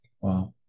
Wow